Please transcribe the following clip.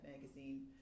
Magazine